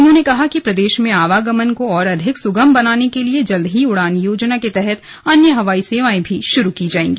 उन्होंने कहा कि प्रदेश में आवागमन को और अधिक सुगम बनाने के लिए जल्द ही उड़ान योजना के तहत अन्य हवाई सेवाएं भी शुरू की जायेंगी